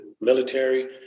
military